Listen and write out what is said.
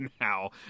now